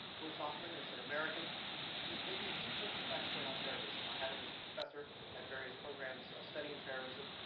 bruce hoffman is an american who is maybe the principal expert on terrorism. i had him as a professor at various programs studying terrorism.